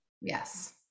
yes